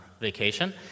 vacation